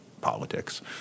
politics